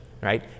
right